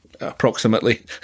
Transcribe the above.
Approximately